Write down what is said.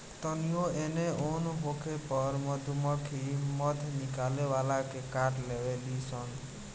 तानियो एने ओन होखे पर मधुमक्खी मध निकाले वाला के काट लेवे ली सन